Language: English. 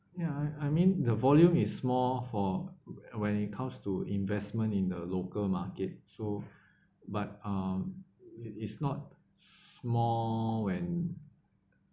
ya I I mean the volume is small for when when it comes to investment in the local market so but um it is not small when